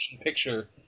picture